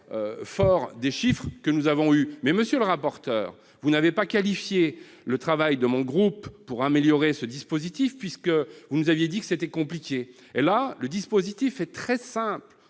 fort des chiffres que nous aurons eus. Monsieur le rapporteur, vous n'avez pas qualifié le travail de mon groupe pour améliorer ce dispositif. Vous avez dit que c'était compliqué. Nous proposons un dispositif très simple-